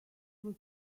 was